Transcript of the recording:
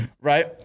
Right